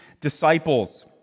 disciples